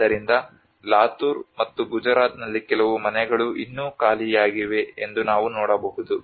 ಆದ್ದರಿಂದ ಲಾತೂರ್ ಮತ್ತು ಗುಜರಾತ್ನಲ್ಲಿ ಕೆಲವು ಮನೆಗಳು ಇನ್ನೂ ಖಾಲಿಯಾಗಿವೆ ಎಂದು ನಾವು ನೋಡಬಹುದು